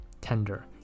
tender